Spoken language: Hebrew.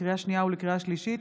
לקריאה שנייה ולקריאה שלישית,